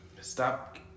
stop